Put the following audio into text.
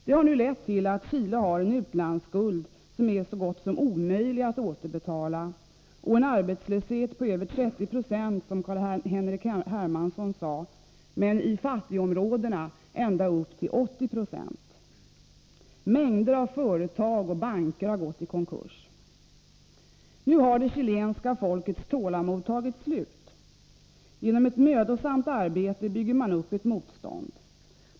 Det har nu lett till att Chile har en utlandsskuld som är så gott som omöjlig att återbetala och en arbetslöshet på över 30 26, som Carl-Henrik Hermansson sade. Men i fattigområdena når arbetslösheten ända upp till 80 Jo. Mängder av företag och banker har gått i konkurs. Nu har det chilenska folkets tålamod tagit slut. Genom ett mödosamt arbete bygger man upp ett motstånd.